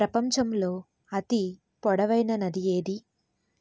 ప్రపంచంలో అతి పొడవైన నది ఏది